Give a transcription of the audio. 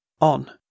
On